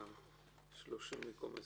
30 במקום 20?